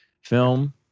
film